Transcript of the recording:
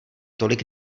tolik